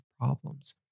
problems